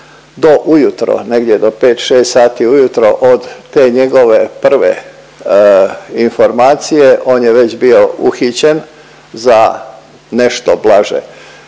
do ujutro, negdje do 5-6 sati ujutro, od te njegove prve informacije on je već bio uhićen za nešto blaže